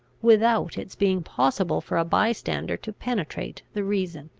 without its being possible for a bystander to penetrate the reason.